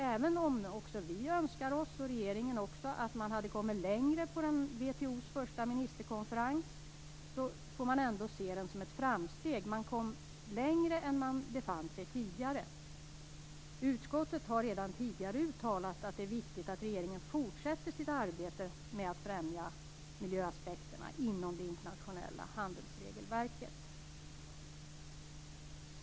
Även om både vi och regeringen skulle önska att man hade kommit längre på WTO:s första ministerkonferens får denna ses som ett framsteg. Man kom längre än man tidigare hade nått. Utskottet har redan tidigare uttalat att det är viktigt att regeringen fortsätter sitt arbete med att främja miljöaspekterna inom det internationella handelsregelverket.